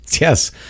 Yes